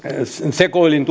sekoilin